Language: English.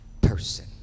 person